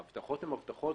ההבטחות הן הבטחות,